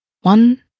One